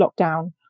lockdown